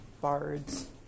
bards